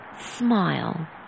smile